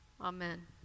Amen